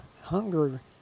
hunger